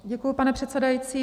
Děkuji, pane předsedající.